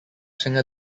singer